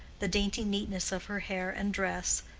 the dainty neatness of her hair and dress,